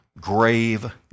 grave